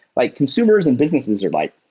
like consumers and businesses are like,